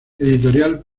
editorial